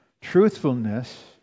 Truthfulness